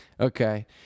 Okay